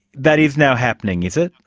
that is now happening, is it?